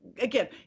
again